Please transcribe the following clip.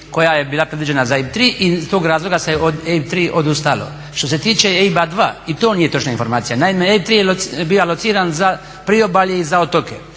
koja je bila predviđena za EIB 3 i iz tog razloga se od EIB-a 3 odustalo. Što se tiče EIB-a 2 i to nije točno informacija. Naime, EIB3 je bio alociran za priobalje i za otoke.